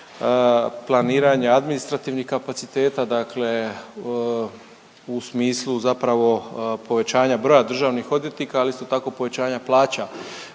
planiranja administrativnih kapaciteta, dakle u smislu zapravo povećanja broja državnih odvjetnika, ali isto tako povećanja plaća.